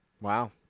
Wow